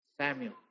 Samuel